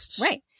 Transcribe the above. right